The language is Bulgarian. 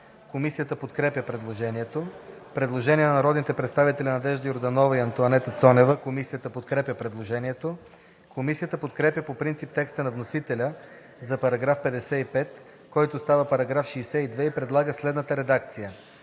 Комисията подкрепя предложението. Предложение на народните представители Надежда Йорданова и Антоанета Цонева. Комисията подкрепя предложението. Комисията подкрепя по принцип текста на вносителя за § 55, който става § 62 и предлага следната редакция: